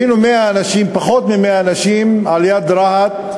היינו 100 אנשים, פחות מ-100 אנשים, על-יד רהט.